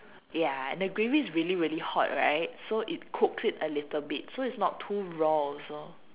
ya the gravy is really really hot right so it cooks it a little bit so it's not too raw also